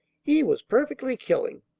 he was perfectly killing.